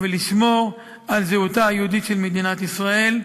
2. לשמור על זהותה היהודית של מדינת ישראל,